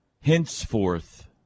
henceforth